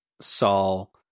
Saul